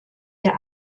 der